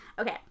okay